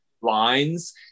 lines